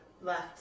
left